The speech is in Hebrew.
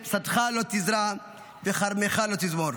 שדך לא תזרע וכרמך לא תזמֹר.